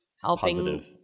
helping